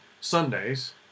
Sundays